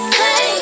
say